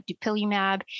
dupilumab